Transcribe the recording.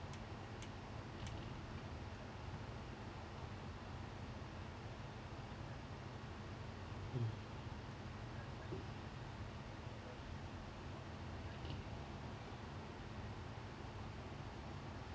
mm